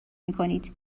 میکنید